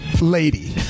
Lady